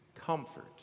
comfort